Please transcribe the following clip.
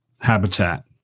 habitat